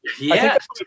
Yes